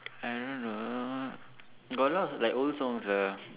I don't know got a lot of like old songs ah